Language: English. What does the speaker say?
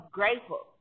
grateful